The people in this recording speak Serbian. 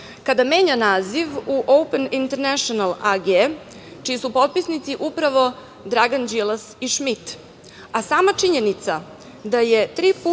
kada menja naziv u „Open International AG“, čiji su potpisnici upravo Dragan Đilas i Šmit, a sama činjenica da je tri puta